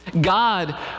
God